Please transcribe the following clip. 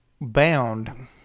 bound